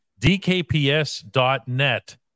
dkps.net